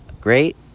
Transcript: great